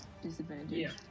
disadvantage